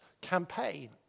campaign